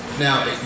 Now